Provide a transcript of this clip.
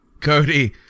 Cody